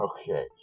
Okay